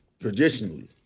Traditionally